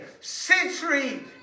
century